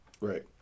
Right